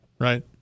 Right